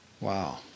Wow